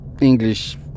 English